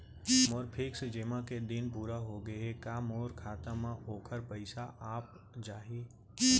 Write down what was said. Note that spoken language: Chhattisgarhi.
मोर फिक्स जेमा के दिन पूरा होगे हे का मोर खाता म वोखर पइसा आप जाही?